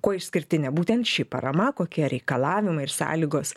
kuo išskirtinė būtent ši parama kokie reikalavimai ir sąlygos